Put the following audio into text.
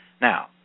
Now